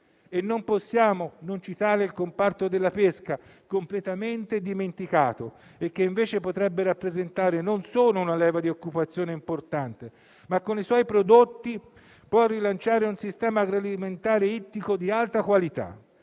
Non possiamo non citare il comparto della pesca, completamente dimenticato, che invece non solo potrebbe rappresentare una leva di occupazione importante, ma che, con i suoi prodotti, può rilanciare un sistema agroalimentare e ittico di alta qualità: